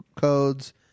codes